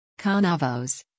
Canavos